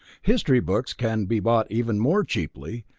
history books can be bought even more cheaply,